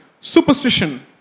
superstition